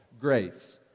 grace